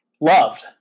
Loved